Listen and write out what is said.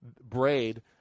Braid